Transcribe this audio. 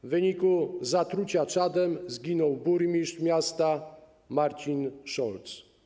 W wyniku zatrucia czadem zginął burmistrz miasta Marcin Szolc.